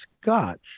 Scotch